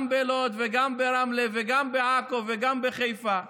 גם בלוד וגם ברמלה וגם בעכו וגם בחיפה.